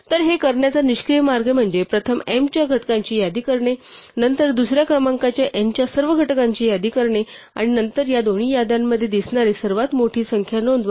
तर हे करण्याचा निष्क्रीय मार्ग म्हणजे प्रथम m च्या घटकांची यादी करणे नंतर दुसऱ्या क्रमांकाच्या n च्या सर्व घटकांची यादी करणे आणि नंतर या दोन्ही याद्यांमध्ये दिसणारी सर्वात मोठी संख्या नोंदवा